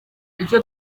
icyo